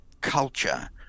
culture